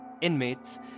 inmates